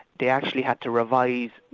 they actually had to revise,